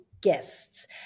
guests